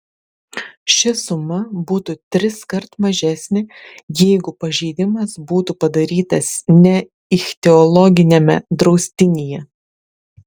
ši suma būtų triskart mažesnė jeigu pažeidimas būtų padarytas ne ichtiologiniame draustinyje